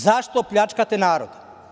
Zašto pljačkate narod?